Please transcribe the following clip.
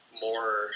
more